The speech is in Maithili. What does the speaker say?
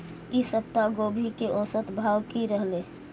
ई सप्ताह गोभी के औसत भाव की रहले?